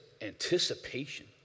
anticipation